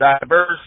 diverse